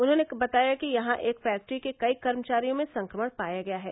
उन्होंने बताया कि यहां एक फैक्ट्री के कई कर्मचारियों में संक्रमण पाया गया है